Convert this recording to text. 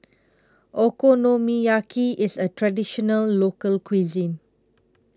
Okonomiyaki IS A Traditional Local Cuisine